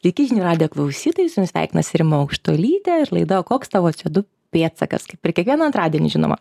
sveiki žinių radijo klausytojai sveikinasi rima aukštuolytė ir laida o koks tavo co du pėdsakas kaip ir kiekvieną antradienį žinoma